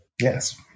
Yes